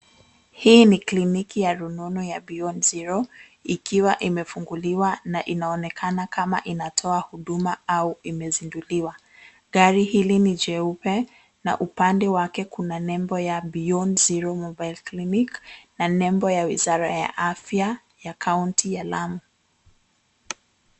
Hii ni kliniki ya rununu ya beyond zero, ikiwa imefunguliwa na inaonekana kama inatoa huduma au imezinduliwa. Gari hili ni jeupe na upande wake Kuna nembo ya beyond zero mobile clinic na nembo ya wizara ya afya, ya kaunti ya Lamu.